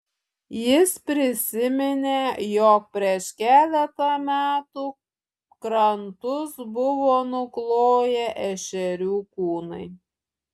jis prisiminė jog prieš keletą metų krantus buvo nukloję ešerių kūnai